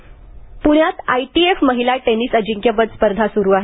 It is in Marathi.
प्ण्यात आयटीएफ महिला टेनिस अजिंक्यपद स्पर्धा सुरू आहेत